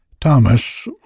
Thomas